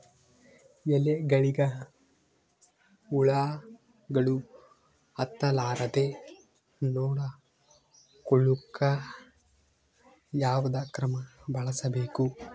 ಎಲೆಗಳಿಗ ಹುಳಾಗಳು ಹತಲಾರದೆ ನೊಡಕೊಳುಕ ಯಾವದ ಕ್ರಮ ಬಳಸಬೇಕು?